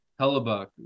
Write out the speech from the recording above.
Hellebuck